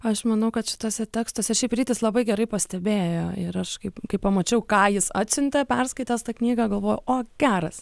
aš manau kad šituose tekstuose šiaip rytis labai gerai pastebėjo ir aš kaip kai pamačiau ką jis atsiuntė perskaitęs tą knygą galvojau o geras